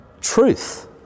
truth